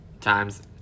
times